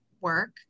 work